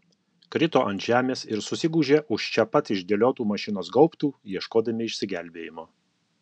krito ant žemės ir susigūžė už čia pat išdėliotų mašinos gaubtų ieškodami išsigelbėjimo